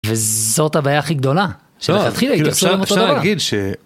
וזאת הבעיה הכי גדולה שמלכתחילה התייחסו עליהם אותו דבר